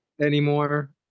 anymore